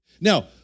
Now